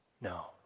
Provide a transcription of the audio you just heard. no